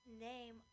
name